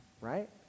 right